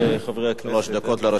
חברי חברי הכנסת,